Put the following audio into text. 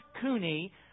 Cooney